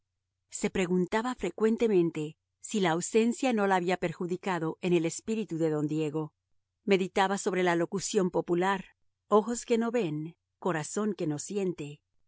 se preguntaba frecuentemente si la ausencia no la había perjudicado en el espíritu de don diego meditaba sobre la locución popular ojos que no ven corazón que no siente